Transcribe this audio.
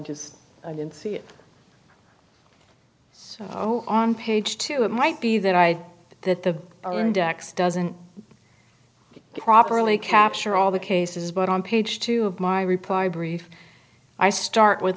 just didn't see it so oh on page two it might be that i that the r index doesn't properly capture all the cases but on page two of my reply brief i start with